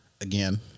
Again